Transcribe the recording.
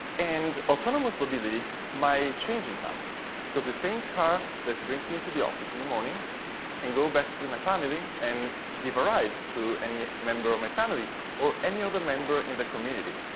and autonomous mobility my changes number cause the same car that brings me to the office in the morning can go back to my family and give a ride to any member of my family or any other member in the community.